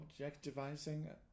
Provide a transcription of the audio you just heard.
objectivizing